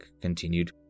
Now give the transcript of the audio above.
continued